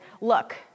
look